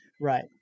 right